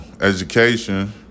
education